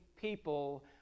people